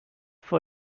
for